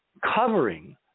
covering